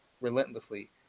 relentlessly